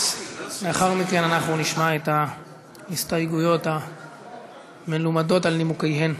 לאחר מכן אנחנו נשמע את ההסתייגויות המלומדות על נימוקיהן.